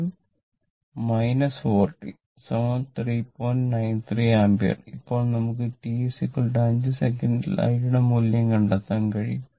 93 ampere ഇപ്പോൾ നമുക്ക് t 5 സെക്കൻഡിൽ i യുടെ മൂല്യം കണ്ടെത്താൻ കഴിയും